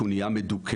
הוא נהיה מדוכא,